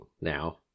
now